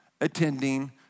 attending